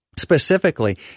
Specifically